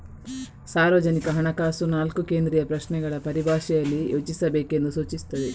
ಸಾರ್ವಜನಿಕ ಹಣಕಾಸು ನಾಲ್ಕು ಕೇಂದ್ರೀಯ ಪ್ರಶ್ನೆಗಳ ಪರಿಭಾಷೆಯಲ್ಲಿ ಯೋಚಿಸಬೇಕೆಂದು ಸೂಚಿಸುತ್ತದೆ